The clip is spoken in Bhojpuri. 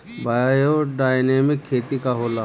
बायोडायनमिक खेती का होला?